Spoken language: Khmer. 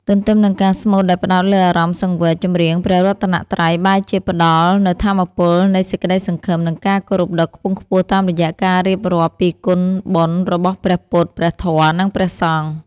ទន្ទឹមនឹងការស្មូតដែលផ្ដោតលើអារម្មណ៍សង្វេគ ចម្រៀងព្រះរតនត្រ័យបែរជាផ្តល់នូវថាមពលនៃសេចក្តីសង្ឃឹម និងការគោរពដ៏ខ្ពង់ខ្ពស់តាមរយៈការរៀបរាប់ពីគុណបុណ្យរបស់ព្រះពុទ្ធ ព្រះធម៌ និងព្រះសង្ឃ។